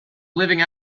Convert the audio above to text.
living